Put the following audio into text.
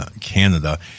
Canada